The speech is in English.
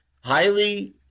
highly